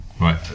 Right